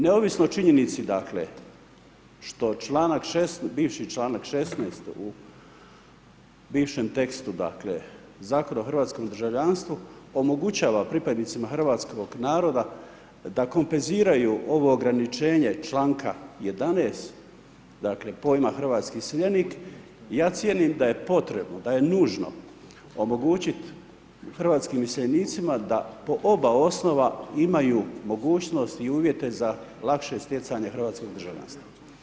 Neovisno o činjenici, dakle, što bivši članak 16. u bivšem tekstu, dakle, Zakona o hrvatskom državljanstvu, omogućava, pripadnicima hrvatskog naroda, da kompenziraju ovo ograničenje članka 11. dakle, pojma hrvatski iseljenik, ja cijenim da je potrebno, da je nužno omogućiti hrvatskim iseljenicima, da po oba osoba imaju mogućnost i uvijete za lakše stjecanje hrvatskog državljanstva.